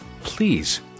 Please